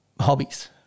hobbies